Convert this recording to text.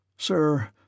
Sir